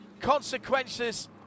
consequences